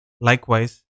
Likewise